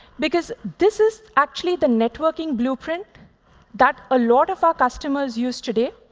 because this is actually the networking blueprint that a lot of our customers use today.